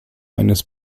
eines